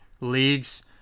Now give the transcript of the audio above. leagues